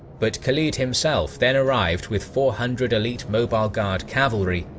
but khalid himself then arrived with four hundred elite mobile guard cavalry,